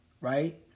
right